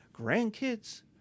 grandkids